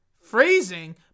phrasing